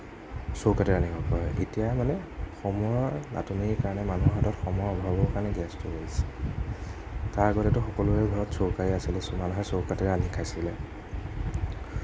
চৌকাতে ৰান্ধিব পাৰি এতিয়া মানে সময়ৰ নাটনিৰ কাৰণে মানুহৰ হাতত সময়ৰ অভাৱৰ কাৰণে গেছটো লৈছে তাৰ আগতেতো সকলোৰে ঘৰত চৌকাই আছিলে মানুহে চৌকাতে ৰান্ধি খাইছিলে